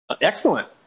Excellent